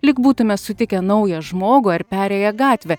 lyg būtume sutikę naują žmogų ar perėję gatvę